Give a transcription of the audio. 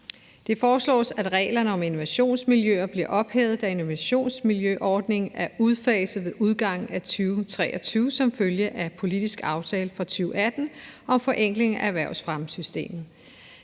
Det foreslås, at reglerne om innovationsmiljøer bliver ophævet, da innovationsmiljøordningen blev udfaset ved udgangen af 2023 som følge af den politiske aftale fra 2018 og forenklingen af erhvervsfremmesystemet.